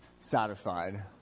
satisfied